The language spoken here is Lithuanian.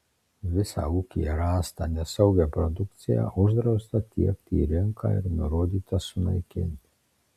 visą ūkyje rastą nesaugią produkciją uždrausta tiekti į rinką ir nurodyta sunaikinti